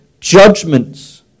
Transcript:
judgments